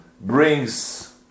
brings